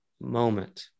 moment